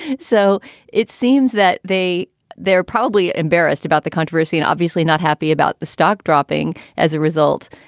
so it seems that they they're probably embarrassed about the controversy and obviously not happy about the stock dropping as a result,